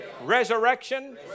resurrection